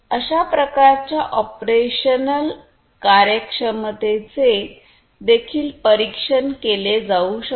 अशा प्रकारच्या ऑपरेशनल कार्यक्षमतेचे देखील परीक्षण केले जाऊ शकते